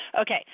Okay